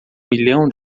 milhão